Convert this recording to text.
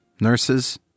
Nurses